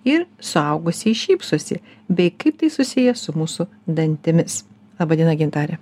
ir suaugusieji šypsosi bei kaip tai susiję su mūsų dantimis laba diena gintare